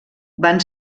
van